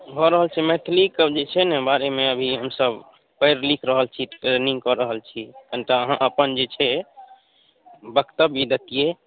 भऽ रहल छै जे मैथिलीके जे छै ने बारेमे अभी हमसब पढ़ि लिख रहल छी ट्रेनिङ्ग कऽ रहल छी कनिटा अहाँ अपन जे छै वक्तव्य देतिए